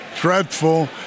dreadful